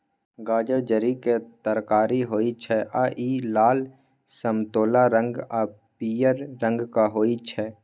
गाजर जड़िक तरकारी होइ छै आ इ लाल, समतोला रंग आ पीयर रंगक होइ छै